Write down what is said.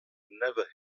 never